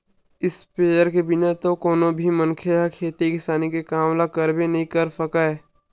sprayer के बिना तो कोनो भी मनखे ह खेती किसानी के काम ल करबे नइ कर सकय